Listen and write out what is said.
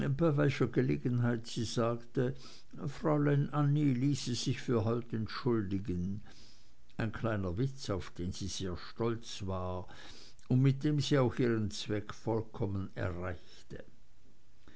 welcher gelegenheit sie sagte fräulein annie ließe sich für heute entschuldigen ein kleiner witz auf den sie stolz war und mit dem sie auch ihren zweck vollkommen erreichte